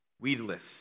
weedless